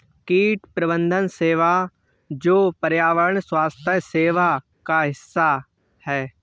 कीट प्रबंधन सेवा जो पर्यावरण स्वास्थ्य सेवा का हिस्सा है